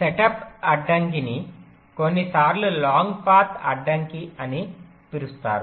setup అడ్డంకిని కొన్నిసార్లు long path అడ్డంకి అని పిలుస్తారు